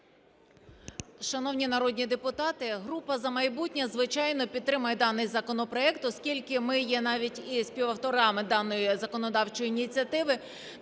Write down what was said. Шановні народні депутати, група "За майбутнє", звичайно, підтримає даний законопроект, оскільки ми є навіть і співавторами даної законодавчої ініціативи.